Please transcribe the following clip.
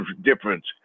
difference